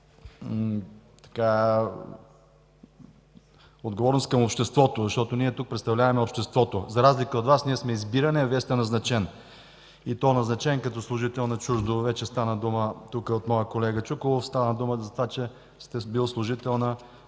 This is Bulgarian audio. отговорност към обществото, защото ние тук представляваме обществото. За разлика от Вас ние сме избирани, а Вие сте назначен и то назначен като служител на чуждо, вече стана дума тук от моя колега Чуколов за това, че сте бил служител на